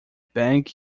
bang